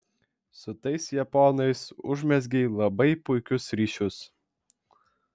su tais japonais užmezgei labai puikius ryšius